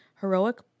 heroic